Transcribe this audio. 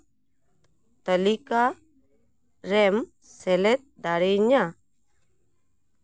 ᱛᱟᱹᱞᱤᱠᱟ ᱨᱮᱢ ᱥᱮᱞᱮᱫ ᱫᱟᱲᱮᱭᱤᱧᱟ